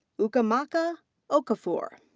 ukamaka okafor.